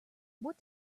what